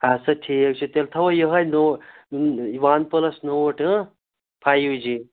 اَدٕ سا ٹھیٖک چھُ تیٚلہِ تھاوَو یِہےَ نو وَن پُلَس نوٹ فایِو جی